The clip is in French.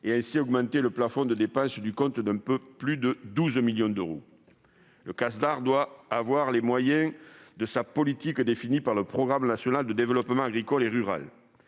afin d'augmenter le plafond de dépenses du compte d'un peu plus de 12 millions d'euros. Le Casdar doit avoir les moyens de sa politique, définie par le Programme national pour le développement agricole et rural.